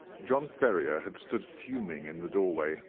john ferrier had stood fuming in the doorway,